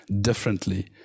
differently